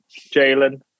Jalen